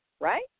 right